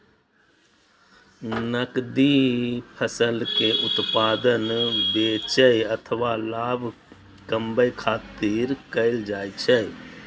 नकदी फसल के उत्पादन बेचै अथवा लाभ कमबै खातिर कैल जाइ छै